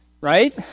Right